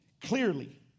clearly